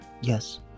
Yes